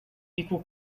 equal